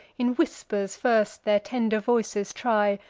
in whispers first their tender voices try,